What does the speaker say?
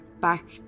back